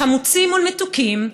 חמוצים מול מתוקים,